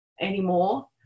Anymore